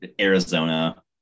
Arizona